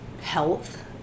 health